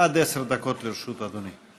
עד עשר דקות לרשות אדוני.